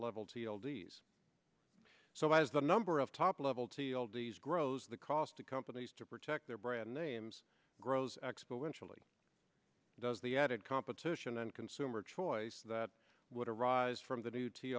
oldies so as the number of top level to the oldies grows the cost to companies to protect their brand names grows exponentially does the added competition and consumer choice that would arise from the new t